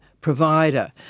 provider